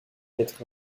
être